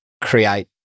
create